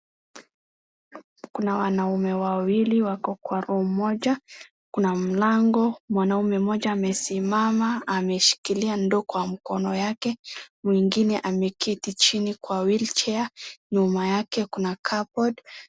Kuna wanaume wawili wako kwa room moja, kuna mlango. Mwanaume mmoja amesimama, ameshikilia ndoo kwa mkono yake. Mwingine ameketi chini kwa wheel chair , nyuma yake kuna cup board .